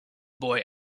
boy